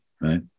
right